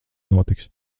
notiks